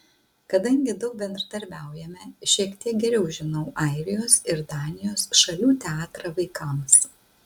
kadangi daug bendradarbiaujame šiek tiek geriau žinau airijos ir danijos šalių teatrą vaikams